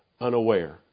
unaware